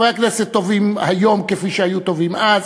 חברי הכנסת טובים היום כפי שהיו טובים אז,